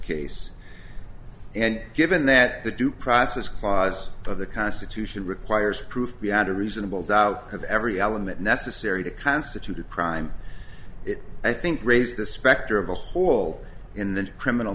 case and given that the due process clause of the constitution requires proof beyond a reasonable doubt of every element necessary to constitute a crime it i think raise the specter of a hole in the criminal